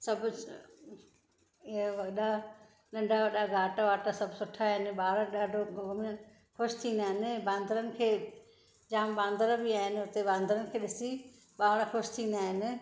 सभु ऐं वॾा नंढा वॾा घाट वाट सभु सुठा आहिनि ॿार ॾाढो घुमि ख़ुशि थींदा आहिनि बांदरनि खे जाम बांदर बि आहिनि हुते बांदरनि खे ॾिसी ॿार ख़ुशि थींदा आहिनि